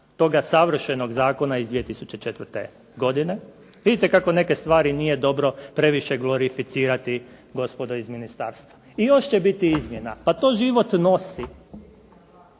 toga savršenog zakona iz 2004. godine. Vidite kako neke stvari nije dobro previše glorificirati, gospodo iz ministarstva. I još će biti izmjena, pa to život nosi.